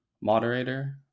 moderator